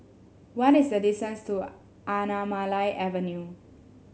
what is the distance to Anamalai Avenue